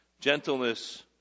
gentleness